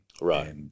Right